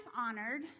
honored